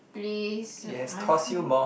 please my friend